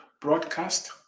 broadcast